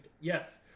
Yes